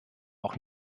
auch